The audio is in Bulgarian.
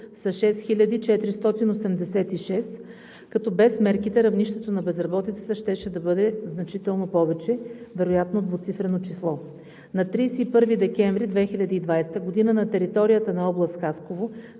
са 6486, като без мерките равнището на безработицата щеше да бъде значително повече, вероятно двуцифрено число. На 31 декември 2020 г. на територията на област Хасково